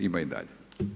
Ima i dalje.